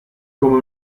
come